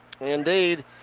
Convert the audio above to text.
Indeed